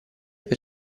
per